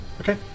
Okay